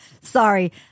Sorry